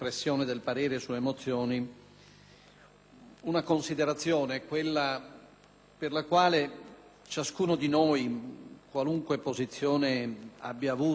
una considerazione, quella per la quale ciascuno di noi, qualunque posizione abbia avuto nel corso